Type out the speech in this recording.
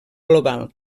global